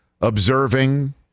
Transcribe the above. observing